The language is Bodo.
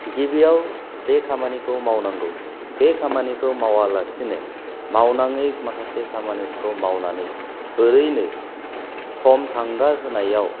गिबियाव जे खामानिखौ मावनांगौ बे खामानिखौ मावालासेनो मावनाङै माखासे खामानिफोरखौ मावनानै ओरैनो सम थांगारहोनायाव